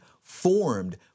formed